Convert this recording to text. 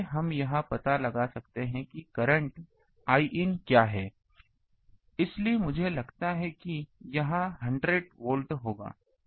इसलिए हम यह पता लगा सकते हैं कि करंट Iin क्या है इसलिए मुझे लगता है कि यह 100 वोल्ट होगा